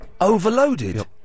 overloaded